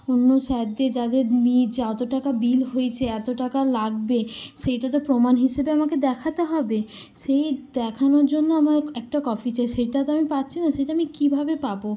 অন্য স্যারদের যাদের নিয়ে যে অতো টাকা বিল হয়েছে এতো টাকা লাগবে সেইটা তো প্রমাণ হিসেবে আমাকে দেখাতে হবে সেই দেখানোর জন্য আমার একটা কপি চাই সেইটা তো আমি পাচ্ছি না সেইটা আমি কিভাবে পাবো